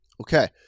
Okay